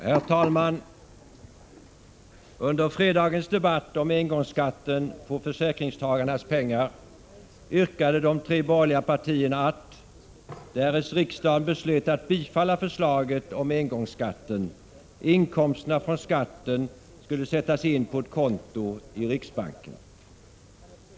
Herr talman! Under fredagens debatt om engångsskatten på försäkringstagarnas pengar yrkade de tre borgerliga partierna att, därest riksdagen beslöt att bifalla förslaget om engångsskatten, inkomsterna från skatten skulle sättas in på ett konto i riksbanken.